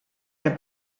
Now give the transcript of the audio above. der